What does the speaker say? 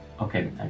Okay